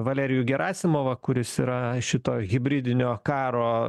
valerijų gerasimovą kuris yra šito hibridinio karo